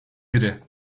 biri